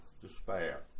despair